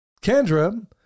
Kendra